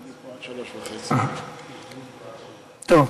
אני פה עד 15:30. טוב.